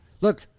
Look